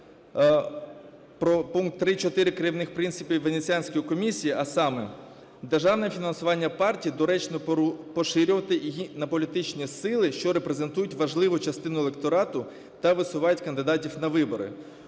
про пункт 3.4 керівних принципів Венеціанської комісії, а саме: "Державне фінансування партій доречно поширювати й на політичні сили, що репрезентують важливу частину електорату та висувають кандидатів на вибори".